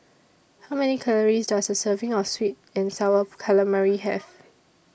How Many Calories Does A Serving of Sweet and Sour Calamari Have